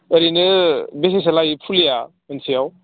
ओरैनो बेसेसो लायो फुलिया मोनसेयाव